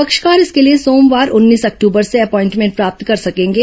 पक्षकार इसके लिए सोमवार उन्नीस अक्टूबर से अपॉइनमेंट प्राप्त कर सकेंगे